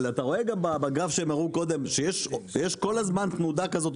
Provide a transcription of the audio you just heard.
אבל אתה רואה גם בגרף שהראו קודם שיש כל הזמן תנודה כזו,